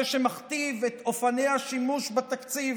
זה שמכתיב את אופני השימוש בתקציב.